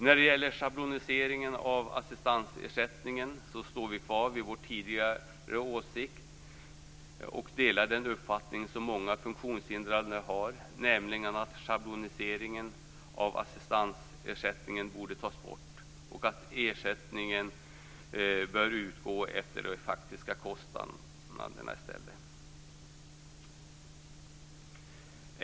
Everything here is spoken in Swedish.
När det gäller schabloniseringen av assistansersättningen står vi kvar vid vår tidigare åsikt och delar den uppfattning som många funktionshindrade har, nämligen att schabloniseringen av assistansersättningen borde tas bort och att ersättningen bör utgå efter de faktiska kostnaderna i stället.